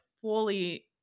fully